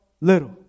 little